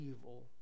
evil